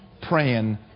praying